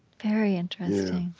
very interesting.